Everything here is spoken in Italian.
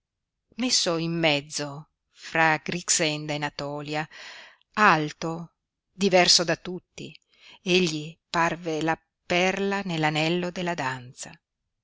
messo in mezzo fra grixenda e natòlia alto diverso da tutti egli parve la perla nell'anello della danza